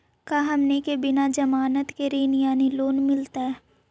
का हमनी के बिना जमानत के ऋण यानी लोन मिलतई?